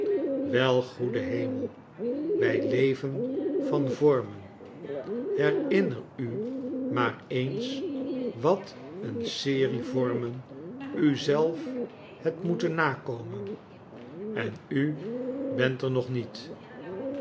wei goede hemel wij leven van vormen herinner u maar eens wat een serie vormen u zelf hebt moeten nakomen en u bent er nog niet